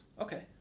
Okay